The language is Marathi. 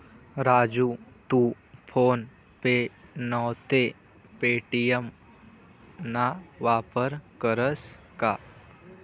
राजू तू फोन पे नैते पे.टी.एम ना वापर करस का?